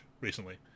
recently